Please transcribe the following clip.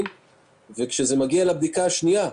וכשזה מגיע לבדיקה השנייה,